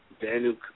Daniel